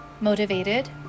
motivated